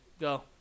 Go